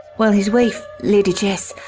while his wife, lady jess,